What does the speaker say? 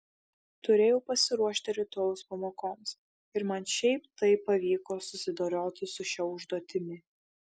turėjau pasiruošti rytojaus pamokoms ir man šiaip taip pavyko susidoroti su šia užduotimi